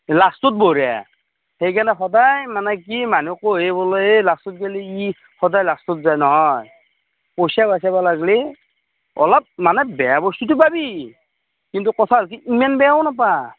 লাষ্টত বঢ়িয়া সেইকাৰণে সদায় মানে কি মানুহ লাষ্টত গ'লে ই সদায় লাষ্টত যায় নহয় পইচা বচাব লাগিলে অলপ মানে বেয়া বস্তুটো পাবি কিন্তু কথা হ'ল কি ইমান বেয়াও নাপাৱ